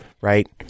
Right